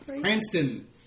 Cranston